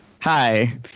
Hi